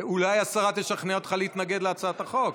אולי השרה תשכנע אותך להתנגד להצעת החוק.